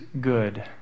good